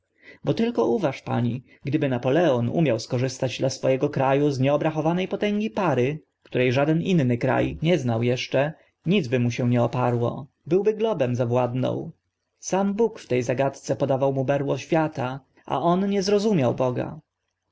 bo tylko uważ pani gdyby napoleon umiał skorzystać dla swego kra u z nieobrachowane potęgi pary które żaden inny kra nie znał eszcze nic by mu się nie oparło byłby globem zawładnął sam bóg w te zagadce podawał mu berło świata a on nie zrozumiał boga